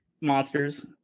monsters